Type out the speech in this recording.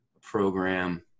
program